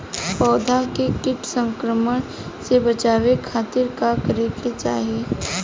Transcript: पौधा के कीट संक्रमण से बचावे खातिर का करे के चाहीं?